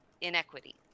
inequity